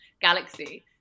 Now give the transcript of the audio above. Galaxy